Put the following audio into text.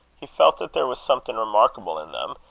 he felt that there was something remarkable in them,